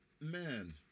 man